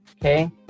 Okay